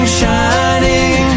shining